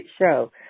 show